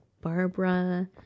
Barbara